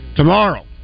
tomorrow